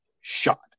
shot